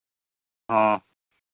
ᱦᱮᱸ